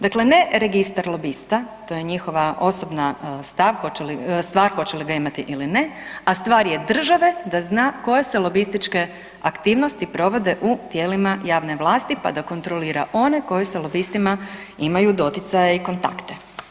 Dakle, ne registar lobista, to je njihova osobna stvar hoće li ga imati ili ne, a stvar je države da zna koje se lobističke aktivnosti provode u tijelima javne vlasti, pa da kontrolira one koji sa lobistima imaju doticaja i kontakte.